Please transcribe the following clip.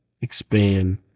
expand